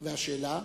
והשאלה?